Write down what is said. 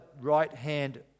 right-hand